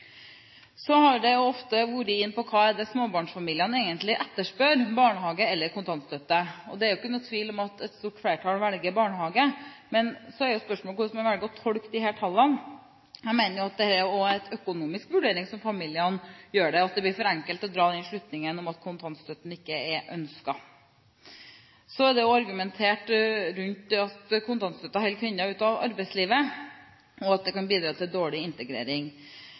Så har en ofte vært inne på hva det er småbarnsfamiliene egentlig etterspør – barnehage eller kontantstøtte? Det er ikke noen tvil om at et stort flertall velger barnehage. Men så er jo spørsmålet hvordan man velger å tolke disse tallene. Jeg mener at dette også er en økonomisk vurdering som familiene gjør, og at det blir for enkelt å dra den slutningen at kontantstøtten ikke er ønsket. Så er det også argumentert rundt at kontantstøtten holder kvinnene ute av arbeidslivet, og at det kan bidra til dårlig integrering.